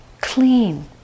clean